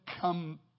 come